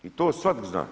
I to svak zna.